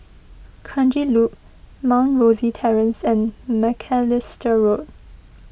Kranji Loop Mount Rosie Terrace and Macalister Road